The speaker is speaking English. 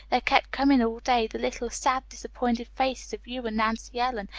there kept coming all day the little, sad, disappointed faces of you and nancy ellen,